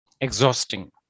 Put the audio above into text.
Exhausting